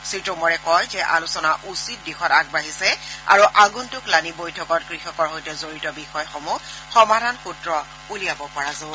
শ্ৰীটোমৰে কয় যে আলোচনা উচিত দিশত আগবাঢ়িছে আৰু আগন্তুক লানি বৈঠকত কৃষকৰ সৈতে জড়িত বিষয়সমূহ সমাধান সূত্ৰ উলিয়াব পৰা যাব